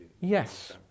Yes